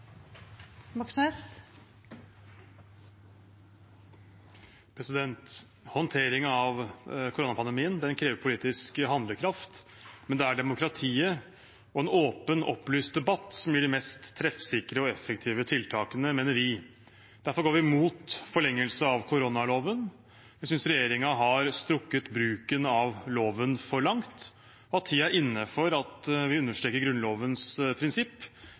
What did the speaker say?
demokratiet og en åpen, opplyst debatt som gir de mest treffsikre og effektive tiltakene, mener vi. Derfor går vi imot forlengelse av koronaloven. Vi synes regjeringen har strukket bruken av loven for langt, og at tiden er inne for å understreke Grunnlovens prinsipp